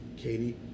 Katie